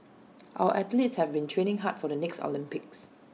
our athletes have been training hard for the next Olympics